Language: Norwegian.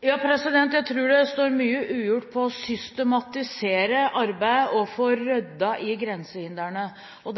Jeg tror det står mye ugjort når det gjelder å systematisere arbeidet og få ryddet i grensehindrene.